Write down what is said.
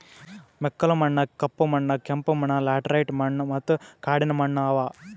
ಮೆಕ್ಕಲು ಮಣ್ಣ, ಕಪ್ಪು ಮಣ್ಣ, ಕೆಂಪು ಮಣ್ಣ, ಲ್ಯಾಟರೈಟ್ ಮಣ್ಣ ಮತ್ತ ಕಾಡಿನ ಮಣ್ಣ ಅವಾ